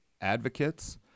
advocates